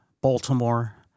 Baltimore